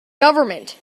government